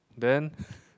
then